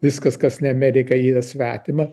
viskas kas ne amerika yra svetima